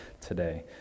today